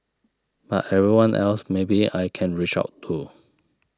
but everyone else maybe I can reach out to